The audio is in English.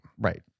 Right